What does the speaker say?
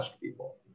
people